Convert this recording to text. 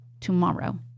tomorrow